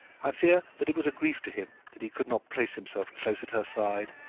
i fear that it was a grief to him that he could not place himself close at her side,